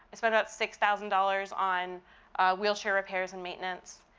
i spend about six thousand dollars on wheelchair repairs and maintenance.